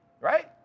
Right